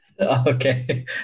Okay